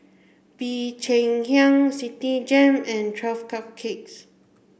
Bee Cheng Hiang Citigem and Twelve Cupcakes